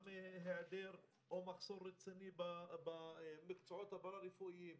גם בשל היעדר או מחסור רציני במקצועות הפרה-רפואיים.